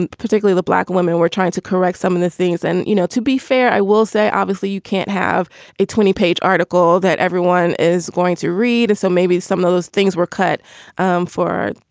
and particularly the black women, were trying to correct some of the things. and, you know, to be fair. i will say, obviously, you can't have a twenty page article that everyone is going to read. and so maybe some of those things were cut um for,